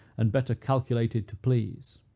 and better calculated to please.